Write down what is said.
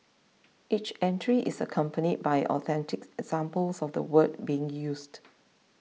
each entry is accompanied by authentic examples of the word being used